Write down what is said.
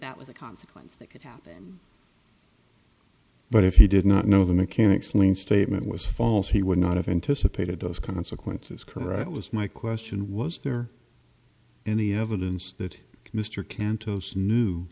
that was a consequence that could happen but if he did not know the mechanic's lien statement was false he would not have anticipated those consequences correct was my question was there any evidence that mr